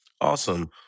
Awesome